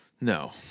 No